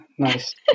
Nice